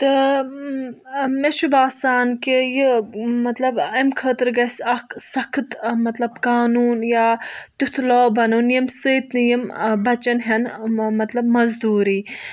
تہٕ مےٚ چھُ باسان کہِ یہِ مطلب اَمہِ خٲطرٕ گَژھِ اَکھ سخت مطلب قانوٗن یا تؠُتھ لا بَنُن ییٚمہِ سٟتۍ نہٕ یِم بَچن ہؠن مَطلَب مَزدوٗری